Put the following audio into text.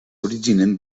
originen